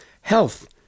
health